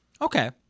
Okay